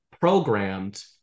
programmed